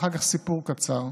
ואחר כך סיפור קצר,